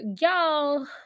Y'all